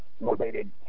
motivated